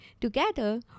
Together